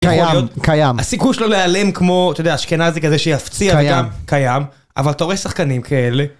קיים, קיים. הסיכוי שלו להיעלם כמו, אתה יודע, אשכנזי כזה, שיפציע גם, קיים. אבל תורי שחקנים כאלה.